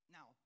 Now